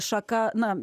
šaka na